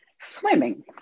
Swimming